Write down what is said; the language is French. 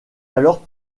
alors